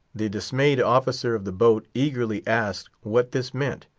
the dismayed officer of the boat eagerly asked what this meant.